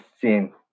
scene